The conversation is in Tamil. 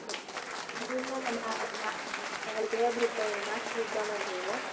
ம் இல்லைல்ல மேம் மே எங்களுக்கு ஏ க்ரூப் தான் வேணும் மேக்ஸ் க்ரூப் தான் மேம் வேணும்